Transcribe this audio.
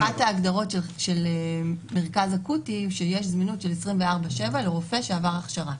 אחת ההגדרות של מרכז אקוטי הוא שיש זמינות של 24/7 לרופא שעבר הכשרה.